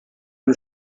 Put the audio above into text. the